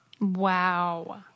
Wow